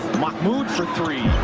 mahmoud for three.